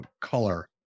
color